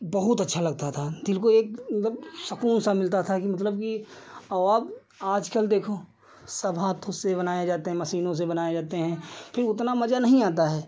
बहुत अच्छा लगता था दिल को एक मतलब सकून सा मिलता था कि मतलब कि अब आप आजकल देखो सब हाथों से बनाए जाते हैं मशीनों से बनाए जाते हैं कि उतना मज़ा नहीं आता है